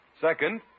Second